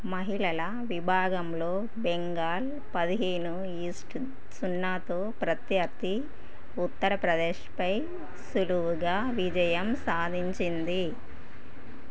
మహిళల విభాగంలో బెంగాల్ పదిహేను ఈస్ టు సున్నాతో ప్రత్యర్థి ఉత్తరప్రదేశ్పై సులువుగా విజయం సాధించింది